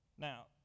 Now